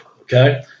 Okay